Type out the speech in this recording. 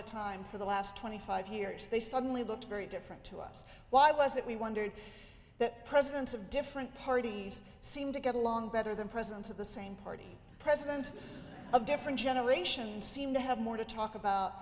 the time for the last twenty five years they suddenly looked very different to us why was it we wondered that presidents of different parties seem to get along better than presidents of the same party presidents of different generations seem to have more to talk about